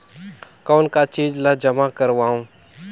कौन का चीज ला जमा करवाओ?